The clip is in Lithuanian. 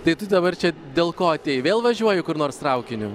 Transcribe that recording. tai tu dabar čia dėl ko atėjai vėl važiuoji kur nors traukiniu